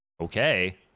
okay